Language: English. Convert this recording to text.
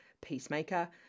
peacemaker